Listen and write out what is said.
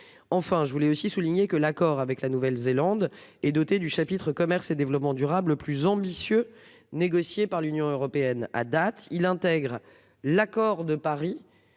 enfin je voulais aussi souligné que l'accord avec la Nouvelle-Zélande et doté du chapitre commerce et développement durable plus ambitieux, négocié par l'Union européenne à date, il intègre l'accord de Paris